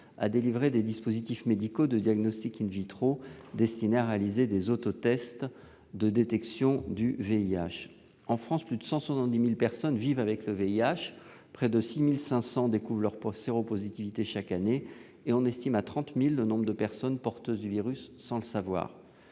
à délivrer des dispositifs médicaux de diagnostic destinés à réaliser des autotests de détection du VIH. En France, plus de 170 000 personnes vivent avec le VIH, près de 6 500 découvrent leur séropositivité chaque année et on estime à 30 000 le nombre de personnes porteuses du virus sans le savoir.